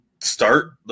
start